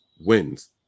wins